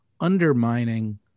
undermining